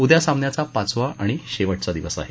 उद्या सामन्याचा पाचवा आणि शेवटचा दिवस आहे